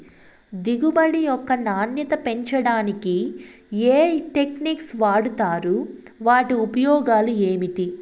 దిగుబడి యొక్క నాణ్యత పెంచడానికి ఏ టెక్నిక్స్ వాడుతారు వాటి ఉపయోగాలు ఏమిటి?